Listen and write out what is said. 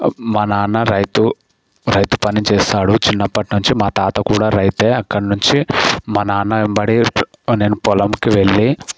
మా నాన్న రైతు రైతు పని చేస్తాడు చిన్నప్పటి నుంచి మా తాత కూడా రైతే అక్కడినుంచి మా నాన్న వెంబడి నేను పొలంకి వెళ్ళి